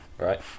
Right